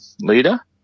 leader